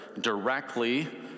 directly